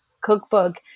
Cookbook